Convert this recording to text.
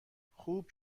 خوب